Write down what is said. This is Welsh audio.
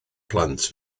plant